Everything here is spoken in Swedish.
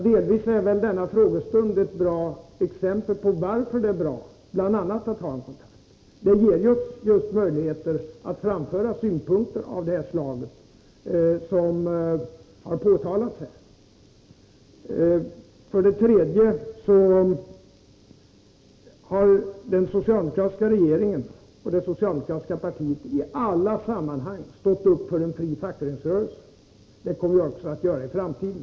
Delvis är denna frågestund ett exempel på att det är bra att vi har det, eftersom det ju ger oss möjligheter att framföra synpunkter av det slag som har lämnats här. Den socialdemokratiska regeringen och det socialdemokratiska partiet har i alla sammanhang ställt sig bakom en fri fackföreningsrörelse. Det kommer vi att göra också i framtiden.